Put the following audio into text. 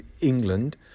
England